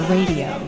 Radio